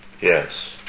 Yes